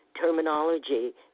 terminology